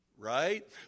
Right